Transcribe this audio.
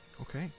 Okay